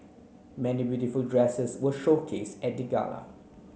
many beautiful dresses were showcase at the gala